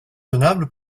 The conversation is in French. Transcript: tenable